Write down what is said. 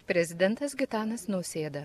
prezidentas gitanas nausėda